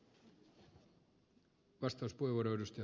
arvoisa puhemies